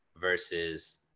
versus